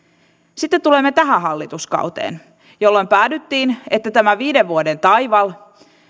sitten tulemme tähän hallituskauteen jolloin päädyttiin siihen että tämä viiden vuoden taival